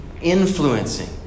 influencing